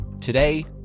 Today